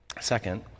Second